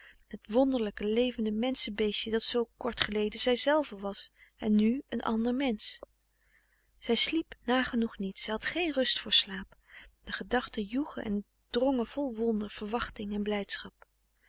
het wonderlijke levende menschebeestje dat zoo kort geleden zijzelve was en nu een ander mensch zij sliep nagenoeg niet zij had geen rust voor slaap de gedachten joegen en drongen vol wonder verwachting en blijdschap